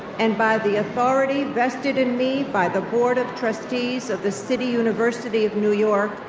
and by the authority vested in me by the board of trustees of the city university of new york,